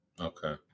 Okay